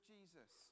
Jesus